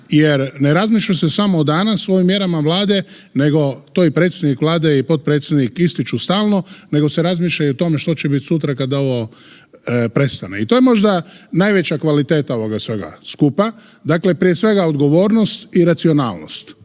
jer ne razmišlja se samo o danas u ovim mjerama Vlade, nego to i predsjednik Vlade i potpredsjednik ističu stalno, nego se razmišlja i o tome što će biti sutra kad ovo prestane. I to je možda najveća kvaliteta ovoga svega skupa. Dakle, prije svega odgovornost i racionalnost,